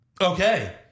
Okay